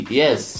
yes